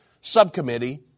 subcommittee